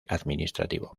administrativo